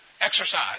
exercise